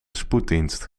spoeddienst